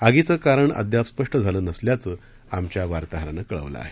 आगाचं कारण अद्याप स्पष्ट झालं नसल्याचं आमच्या वार्ताहरानं कळवलं आहे